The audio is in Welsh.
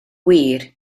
wir